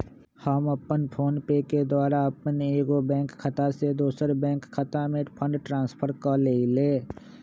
हम फोनपे के द्वारा अप्पन एगो बैंक खता से दोसर बैंक खता में फंड ट्रांसफर क लेइले